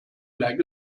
like